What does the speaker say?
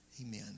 Amen